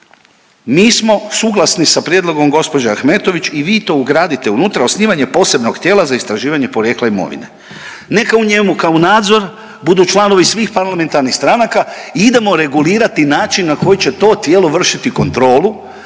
Mi smo suglasni sa prijedlogom gospođe Ahmetović i vi to ugradite unutra, osnivanje posebnog tijela za istraživanje porijekla imovine. Neka u njemu kao u nadzor budu članovi svih parlamentarnih stranaka i idemo regulirati način na koji će to tijelo vršiti kontrolu,